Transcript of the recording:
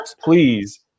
please